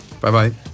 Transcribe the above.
Bye-bye